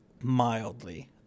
Mildly